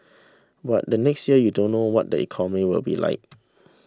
but then next year you don't know what the economy will be like